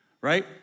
right